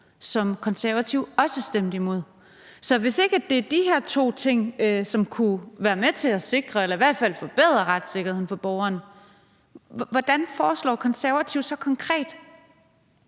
som Konservative også stemte imod. Så hvis ikke det er de her to ting, som kunne være med til at sikre eller i hvert fald forbedre retssikkerheden for borgerne, hvad foreslår De Konservative så konkret